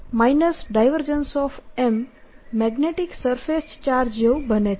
M magnetic surface charge જેવું બને છે